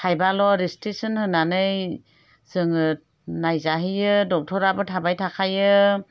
थाइबाल' registration होनानै जोङो नायजाहैयो दक्ट'राबो थाबाय थाखायो